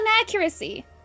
accuracy